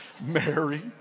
Mary